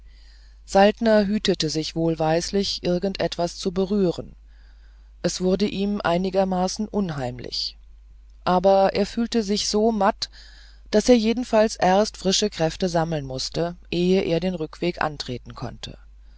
saltner hütete sich wohlweislich irgend etwas zu berühren es wurde ihm einigermaßen unheimlich aber er fühlte sich so matt daß er jedenfalls erst frische kräfte sammeln mußte ehe er den rückweg antreten konnte